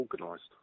organised